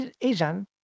Asian